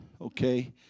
Okay